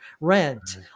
rent